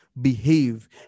Behave